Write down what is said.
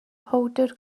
powdr